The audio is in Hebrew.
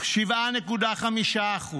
7.5%,